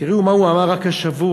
תראו מה הוא אמר רק השבוע.